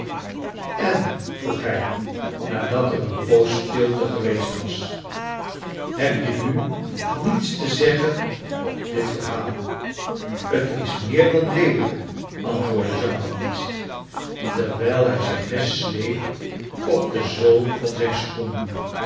jn vroeg hij nadat er een poos stilte geweest was heh je nu niets te zeggen op dit verhaal t is meer dan leelijk antwoordde jean baptist terwijl hij zijn mes sleep op de zool van zijn schoen